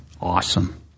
awesome